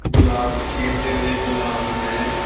ਗੁਲਾਬ ਗੇਂਦੇ ਦੇ ਗੁਲਾਬ ਦੇ